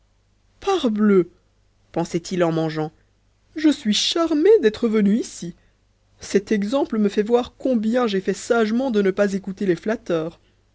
parbleu pensait-il en mangeant je suis charmé d'être venu ici cet exemple me fait voir combien j'ai fait sagement de ne pas écouter les flatteurs